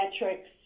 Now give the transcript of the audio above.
metrics